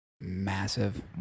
massive